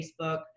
Facebook